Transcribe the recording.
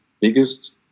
biggest